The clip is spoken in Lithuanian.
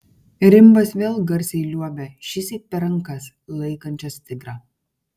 rimbas vėl garsiai liuobia šįsyk per rankas laikančias tigrą